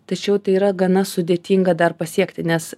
tačiau tai yra gana sudėtinga dar pasiekti nes